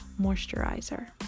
Moisturizer